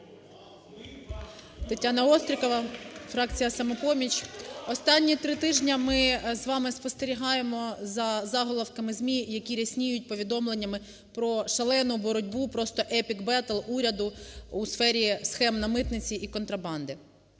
ТетянаОстрікова, фракція "Самопоміч". Останні три тижні ми з вами спостерігаємо за заголовками ЗМІ, які рясніють повідомленнями про шалену боротьбу, простоepic battle уряду у сфері схем на митниці і контрабанди.